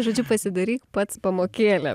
žodžiu pasidaryk pats pamokėlė